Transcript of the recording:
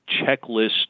checklist